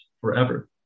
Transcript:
forever